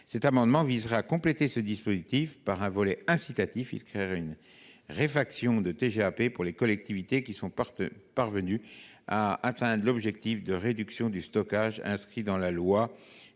Cet amendement viserait à compléter le dispositif par un volet incitatif. Il créerait une réfaction de TGAP pour les collectivités qui sont parvenues à atteindre l’objectif de réduction du stockage inscrit dans la loi,